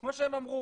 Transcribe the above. כמו שהם אמרו,